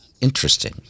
interesting